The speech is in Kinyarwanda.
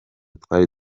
twari